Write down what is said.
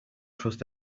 trust